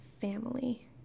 family